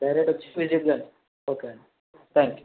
డైరెక్టొచ్చి పే చేద్దురు గానీ ఓకే అండి త్యాంక్ యూ